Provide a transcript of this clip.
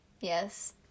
Yes